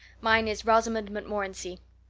mine is rosamond montmorency.